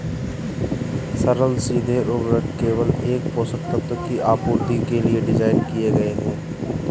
सरल सीधे उर्वरक केवल एक पोषक तत्व की आपूर्ति के लिए डिज़ाइन किए गए है